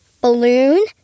balloon